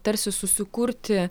tarsi susikurti